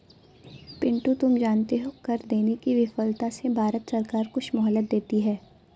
पिंटू तुम जानते हो कर देने की विफलता से भारत सरकार कुछ मोहलत देती है